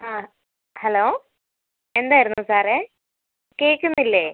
ആ ഹലോ എന്തായിരുന്നു സാറേ കേൾക്കുന്നില്ലേ